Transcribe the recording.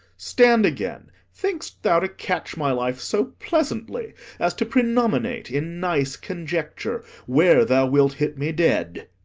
stand again. think'st thou to catch my life so pleasantly as to prenominate in nice conjecture where thou wilt hit me dead?